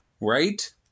Right